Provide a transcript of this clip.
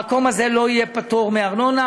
המקום הזה לא יהיה פטור מארנונה.